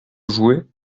jouer